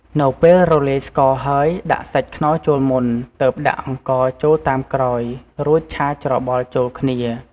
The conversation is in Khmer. នៅពេលរលាយស្ករហើយ ដាក់សាច់ខ្នុរចូលមុន ទើបដាក់អង្ករចូលតាមក្រោយ រួចឆាច្របល់ចូលគ្នា។